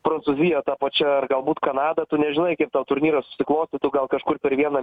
prancūzija ta pačia ar galbūt kanada tu nežinai kaip tau turnyras susiklostytų gal kažkur per vieną